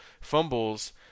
fumbles